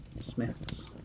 Smiths